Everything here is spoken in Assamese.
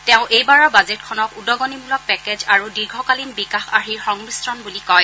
তেওঁ এইবাৰৰ বাজেটখনক উদগনিমূলক পেকেজ আৰু দীৰ্ঘকালীন বিকাশ আৰ্হিৰ সংমিশ্ৰণ বুলি কয়